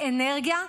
לאנרגיה.